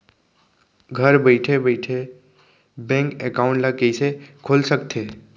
घर बइठे बइठे बैंक एकाउंट ल कइसे खोल सकथे?